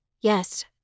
Yes